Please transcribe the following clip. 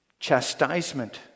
chastisement